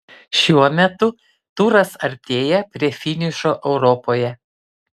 šiuo metu turas artėja prie finišo europoje